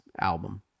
album